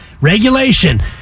regulation